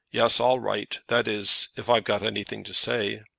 yes i'll write that is, if i've got anything to say.